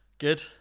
Good